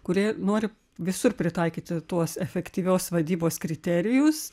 kuri nori visur pritaikyti tuos efektyvios vadybos kriterijus